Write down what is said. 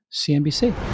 cnbc